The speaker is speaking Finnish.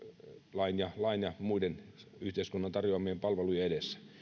lain ja lain ja muiden yhteiskunnan tarjoamien palvelujen edessä